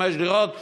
חמש דירות,